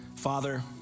Father